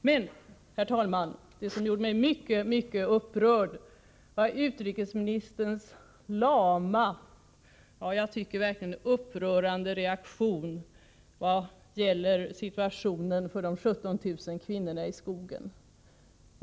Men, herr talman, det som gjorde mig mycket, mycket upprörd var utrikesministerns lama reaktion — jag tycker verkligen den är upprörande — i vad gäller situationen för de 17 000 kvinnorna i skogen.